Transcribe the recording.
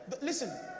Listen